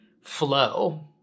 flow